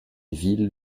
ville